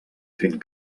fent